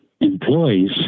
employees